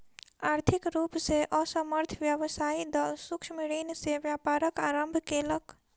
आर्थिक रूप से असमर्थ व्यवसायी दल सूक्ष्म ऋण से व्यापारक आरम्भ केलक